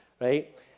right